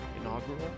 inaugural